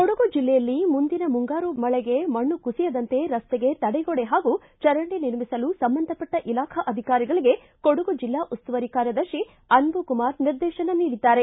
ಕೊಡಗು ಜಿಲ್ಲೆಯಲ್ಲಿ ಮುಂದಿನ ಮುಂಗಾರು ಮಳೆಗೆ ಮಣ್ನು ಕುಸಿಯದಂತೆ ರಸ್ನೆಗೆ ತಡೆಗೋಡೆ ಹಾಗೂ ಚರಂಡಿ ನಿರ್ಮಿಸಲು ಸಂಬಂಧಪಟ್ಟ ಇಲಾಖಾ ಅಧಿಕಾರಿಗಳಿಗೆ ಕೊಡಗು ಜಿಲ್ಲಾ ಉಸ್ತುವಾರಿ ಕಾರ್ಯದರ್ಶಿ ಅನ್ನುಕುಮಾರ್ ನಿರ್ದೇಶನ ನೀಡಿದ್ದಾರೆ